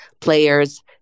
players